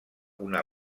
una